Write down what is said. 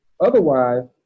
Otherwise